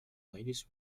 ladies